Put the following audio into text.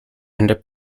and